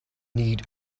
neat